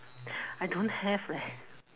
I don't have leh